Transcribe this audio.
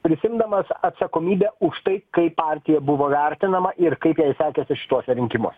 prisiimdamas atsakomybę už tai kaip partija buvo vertinama ir kaip jai sekėsi šituose rinkimuose